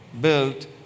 built